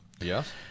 Yes